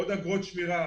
עוד אגרות שמירה?